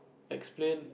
explain